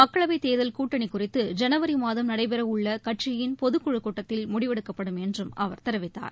மக்களவைத் தேர்தல் கூட்டணிகுறித்து ஜனவரிமாதம் நடைபெறவுள்ளகட்சியின் பொதுக் குழு கூட்டத்தில் முடிவெடுக்கப்படும் என்றும் அவர் தெரிவித்தார்